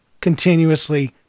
continuously